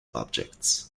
objects